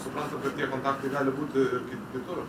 suprantat kad tie kontaktai gali būti ir kaip kitur